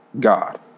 God